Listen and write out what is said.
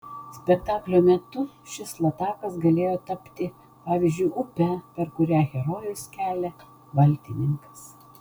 spektaklio metu šis latakas galėjo tapti pavyzdžiui upe per kurią herojus kelia valtininkas